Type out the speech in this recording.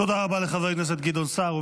תודה רבה לחבר הכנסת גדעון סער.